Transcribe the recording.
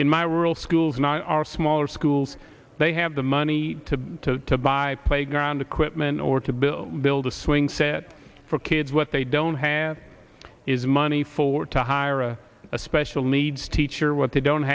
in my rural schools in our smaller schools they have the money to to buy playground equipment or to build build a swing set for kids what they don't have is money for to hire a special needs teacher what they don't